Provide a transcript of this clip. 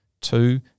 two